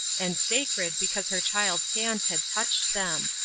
and sacred because her child's hand had touched them.